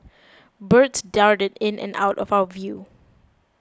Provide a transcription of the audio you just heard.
birds darted in and out of our view